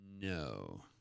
No